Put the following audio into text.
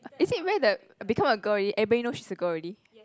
is it where the become a girl already everybody knows she's a girl already